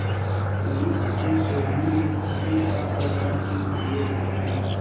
मिर्च के सोहनी में कौन सा औजार के प्रयोग होखेला?